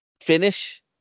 finish